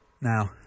Now